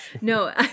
No